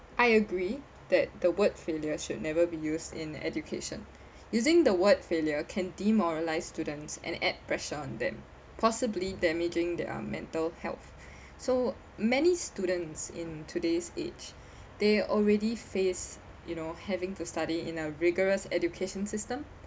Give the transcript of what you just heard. I agree that the word failure should never be used in education using the word failure can demoralize students and add pressure on them possibly damaging their mental health so many students in today's age they already face you know having to study in a rigorous education system